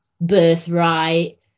birthright